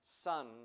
son